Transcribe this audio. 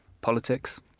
politics